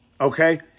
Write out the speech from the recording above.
okay